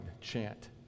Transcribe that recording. chant